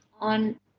on